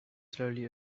slowly